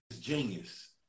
genius